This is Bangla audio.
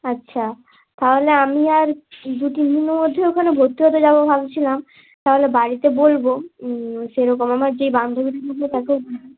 আচ্ছা তাহলে আমি আর দু তিন দিনের মধ্যেই ওইখানে ভর্তি হতে যাবো ভাবছিলাম তাহলে বাড়িতে বলবো সেরকম আমার যেই বান্ধবীটা আছে তাকেও বলবো